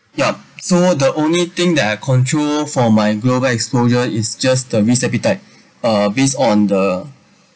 ya so the only thing that I control for my global exposure is just the risk appetite uh based on the